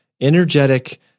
energetic